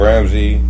Ramsey